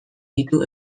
ditu